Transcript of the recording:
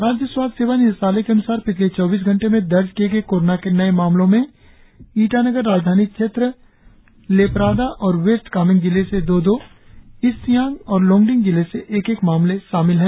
राज्य स्वास्थ्य सेवा निदेशालय के अन्सार पिछले चौबीस घंटे में दर्ज किए गए कोरोना के नए मामलों में ईटानगर राजधानी क्षेत्र लेपारादा और वेस्ट कामेंग जिले से दो दो ईस्ट सियांग और लोंगडिंग जिले से एक एक मामले शामिल है